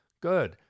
Good